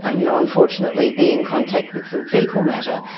ah you know, unfortunately be in contact with some faecal matter,